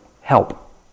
help